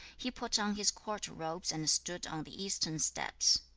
he put on his court robes and stood on the eastern steps.